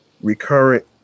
recurrent